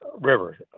River